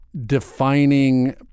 defining